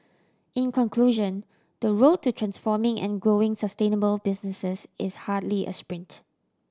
in conclusion the road to transforming and growing sustainable businesses is hardly a sprint